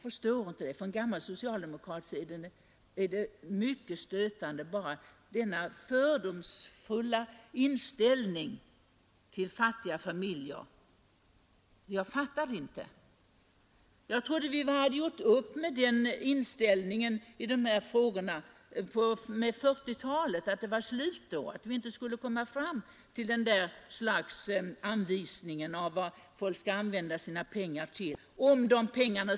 För en gammal socialdemokrat är denna fördomsfulla inställning till fattiga familjer mycket stötande — jag förstår den inte. Jag trodde att vi under 1940-talet hade gjort upp med den inställningen och att vi skulle slippa dessa anvisningar om hur folk skall använda pengar som kommit från det allmänna.